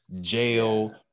jail